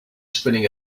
spinning